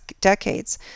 decades